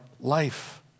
life